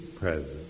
present